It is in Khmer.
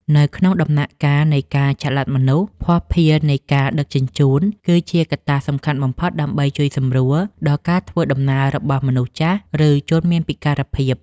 នៅក្នុងដំណាក់កាលនៃការចល័តមនុស្ស ភស្តុភារនៃការដឹកជញ្ជូន គឺជាកត្តាសំខាន់បំផុតដើម្បីជួយសម្រួលដល់ការធ្វើដំណើររបស់មនុស្សចាស់ ឬជនមានពិការភាព។